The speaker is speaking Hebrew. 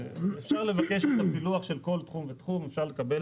אפשר לבקש את הפילוח של כל תחום ותחום ואפשר לקבל את זה,